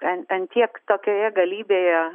ant ant tiek tokioje galybėje